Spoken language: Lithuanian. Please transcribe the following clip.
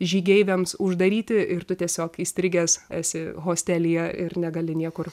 žygeiviams uždaryti ir tu tiesiog įstrigęs esi hostelyje ir negali niekur